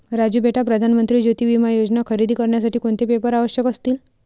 राजू बेटा प्रधान मंत्री ज्योती विमा योजना खरेदी करण्यासाठी कोणते पेपर आवश्यक असतील?